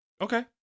Okay